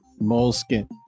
moleskin